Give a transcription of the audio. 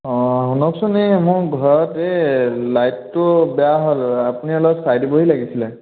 অঁ শুনকচোন এ মোৰ ঘৰত এই লাইটটো বেয়া হ'ল আপুনি অলপ চাই দিবহি লাগিছিলে